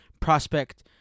prospect